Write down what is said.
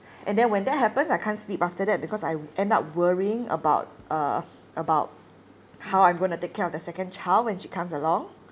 and then when that happens I can't sleep after that because I end up worrying about uh about how I'm going to take care of their second child when she comes along